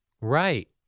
Right